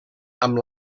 amb